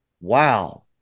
Wow